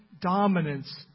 dominance